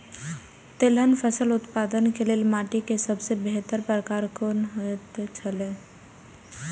तेलहन फसल उत्पादन के लेल माटी के सबसे बेहतर प्रकार कुन होएत छल?